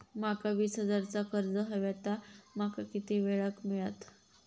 माका वीस हजार चा कर्ज हव्या ता माका किती वेळा क मिळात?